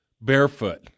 Barefoot